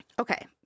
Okay